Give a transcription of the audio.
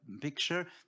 picture